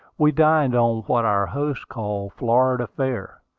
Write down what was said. we dined on what our host called florida fare,